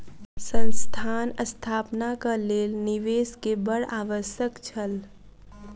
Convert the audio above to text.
संस्थान स्थापनाक लेल निवेश के बड़ आवश्यक छल